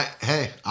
Hey